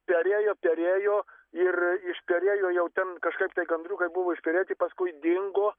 perėjo perėjo ir išperėjo jau ten kažkaip tai gandriukai buvo išperėti paskui dingo